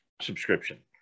subscription